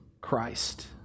Christ